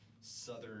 southern